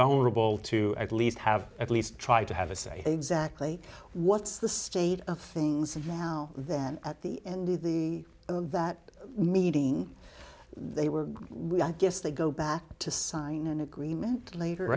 vulnerable to at least have at least try to have a say exactly what's the state of the well then at the end of the that meeting they were we i guess they go back to sign an agreement